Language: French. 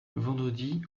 vendredi